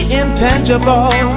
intangible